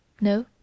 No